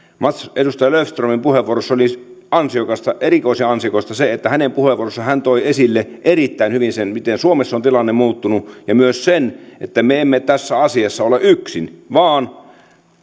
edustaja löfströmin puheenvuorossa oli ansiokasta erikoisen ansiokasta se että hän toi puheenvuorossaan esille erittäin hyvin sen miten suomessa on tilanne muuttunut ja myös sen että me emme tässä asiassa ole yksin vaan